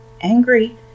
angry